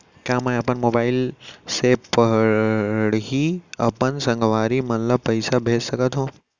का मैं अपन मोबाइल से पड़ही अपन संगवारी मन ल पइसा भेज सकत हो?